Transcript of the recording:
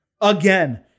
Again